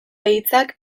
hitzak